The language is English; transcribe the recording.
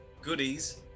goodies